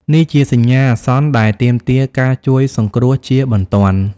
នេះជាសញ្ញាអាសន្នដែលទាមទារ ការជួយសង្គ្រោះជាបន្ទាន់។